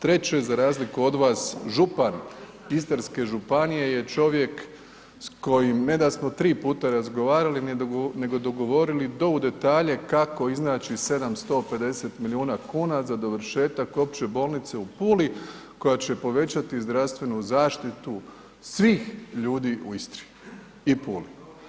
Treće, za razliku od vas župan Istarske županije je čovjek s kojim ne da smo tri puta razgovarali nego dogovorili u do u detalje kako iznaći 750 milijuna kuna za dovršetak Opće bolnice u Puli koja će povećati zdravstvenu zaštitu u Istri i Puli.